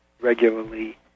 regularly